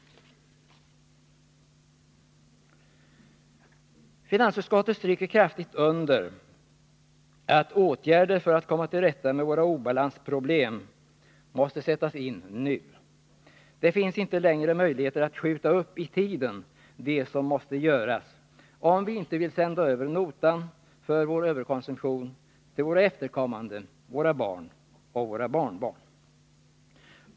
Finansutskottet stryker kraftigt under att åtgärder för att komma till rätta med våra obalansproblem måste sättas in nu. Det finns inte längre möjligheter att skjuta upp i tiden det som måste göras — om vi inte vill sända över notan för vår överkonsumtion till våra efterkommande, till våra barn och barnbarn.